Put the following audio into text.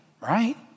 right